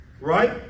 right